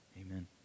amen